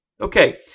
Okay